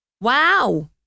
wow